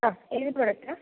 ആ ഏത് പ്രോഡക്റ്റാ